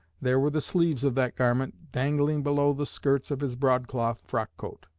there were the sleeves of that garment dangling below the skirts of his broadcloth frock-coat!